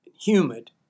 humid